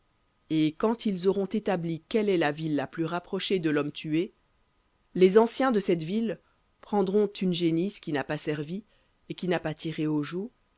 et quand ils auront établi quelle est la ville la plus rapprochée de l'homme tué les anciens de cette ville prendront une génisse qui n'a pas servi et qui n'a pas tiré au joug